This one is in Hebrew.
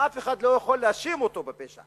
ואף אחד לא יכול להאשים אותו בפשע.